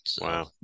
Wow